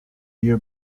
year